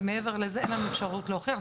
ומעבר לזה אין לנו אפשרות להוכיח.